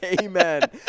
Amen